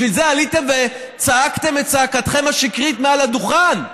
בשביל זה עליתם וצעקתם את צעקתכם השקרית מעל הדוכן?